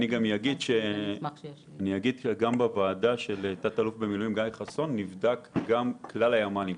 --- גם בוועדה של תת-אלוף במילואים גיא חסון נבדק כלל נושא הימ"לים.